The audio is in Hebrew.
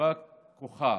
ובא כוחה,